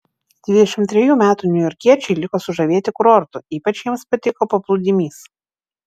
dvidešimt trejų metų niujorkiečiai liko sužavėti kurortu ypač jiems patiko paplūdimys